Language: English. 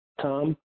Tom